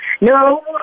No